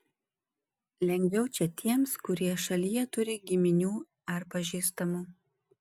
lengviau čia tiems kurie šalyje turi giminių ar pažįstamų